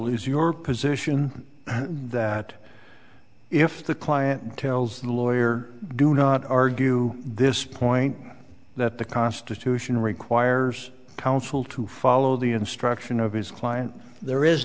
lose your position that if the client tells the lawyer do not argue this point that the constitution requires counsel to follow the instruction of his client there is